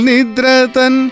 Nidratan